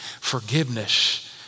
forgiveness